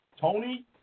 Tony